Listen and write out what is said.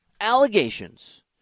allegations